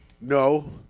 No